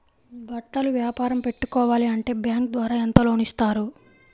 బట్టలు వ్యాపారం పెట్టుకోవాలి అంటే బ్యాంకు ద్వారా ఎంత లోన్ ఇస్తారు?